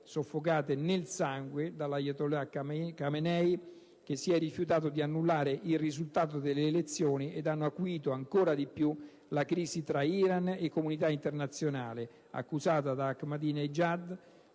soffocate nel sangue dall'*ayatollah* Khamenei, che si è rifiutato di annullare il risultato delle elezioni, ed hanno acuito ancora di più la crisi tra l'Iran e la comunità internazionale, accusata da Ahmadinejad